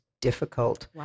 difficult